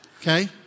Okay